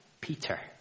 Peter